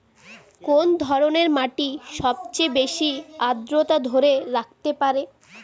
কোন ধরনের মাটি সবচেয়ে বেশি আর্দ্রতা ধরে রাখতে পারে?